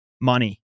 money